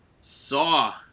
saw